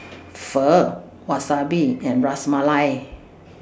Pho Wasabi and Ras Malai